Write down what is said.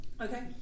Okay